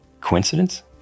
coincidence